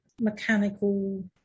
mechanical